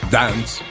dance